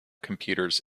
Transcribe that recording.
computers